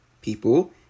people